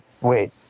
Wait